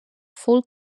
full